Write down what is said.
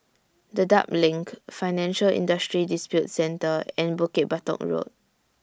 Dedap LINK Financial Industry Disputes Center and Bukit Batok Road